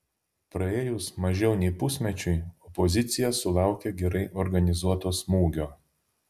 praėjus mažiau nei pusmečiui opozicija sulaukė gerai organizuoto smūgio